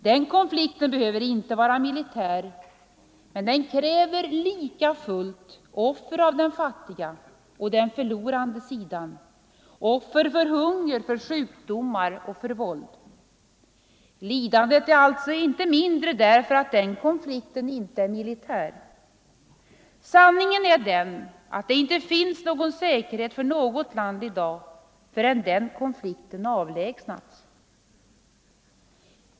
Den konflikten behöver inte vara militär, men den kräver lika fullt offer av den fattiga och den förlorande sidan — offer för hunger, för sjukdomar och för våld. Lidandet är alltså inte mindre därför att den konflikten inte är militär. Sanningen är den att det inte finns någon säkerhet för något land i dag förrän denna konflikt avlägsnas.